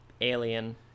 alien